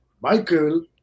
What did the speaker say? Michael